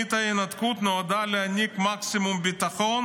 "תוכנית ההתנתקות נועדה להעניק מקסימום ביטחון